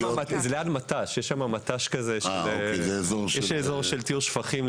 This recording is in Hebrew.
זה ליד מט"ש, יש שם אזור של טיהור שפכים.